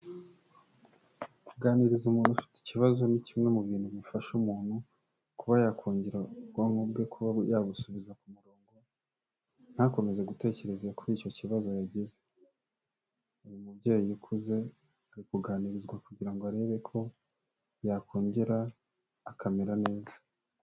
Kuganiriza umuntu ufite ikibazo ni kimwe mu bintu bifasha umuntu kuba yakongera ubwonko bwe kuba yabusubiza ku murongo ntakomeze gutekereza kuri icyo kibazo yagize uyu mubyeyi ukuze arikuganirizwa kugira ngo arebe ko yakongera akamera neza.